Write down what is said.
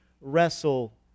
wrestle